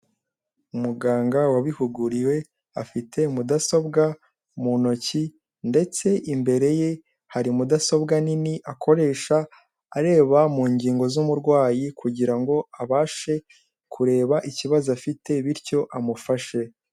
Umuganga wabihuguriwe, afite mudasobwa mu ntoki ndetse imbere ye hari mudasobwa nini akoresha areba mu ngingo z'umurwayi, kugira ngo abashe kureba ikibazo afite, bityo amufashe.